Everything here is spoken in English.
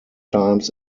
times